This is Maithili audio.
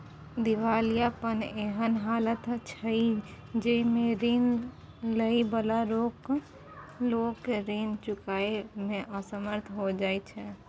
दिवालियापन एहन हालत छइ जइमे रीन लइ बला लोक रीन चुकाबइ में असमर्थ हो जाइ छै